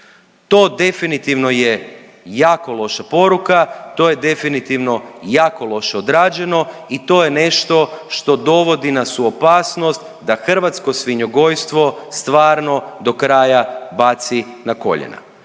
To definitivno je jako loša poruka, to je definitivno jako loše odrađeno i to je nešto što dovodi nas u opasnost da hrvatsko svinjogojstvo stvarno do kraja baci na koljena.